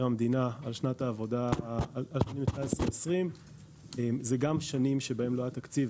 המדינה על שנת 2020. זה גם שנים שלא היה בהם תקציב,